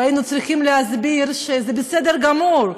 והיינו צריכים להסביר שזה בסדר גמור,